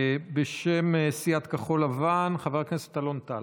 בשם סיעת כחול לבן חבר כנסת אלון טל.